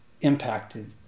impacted